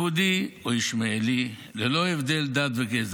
יהודי או ישמעאלי, ללא הבדלי דת וגזע,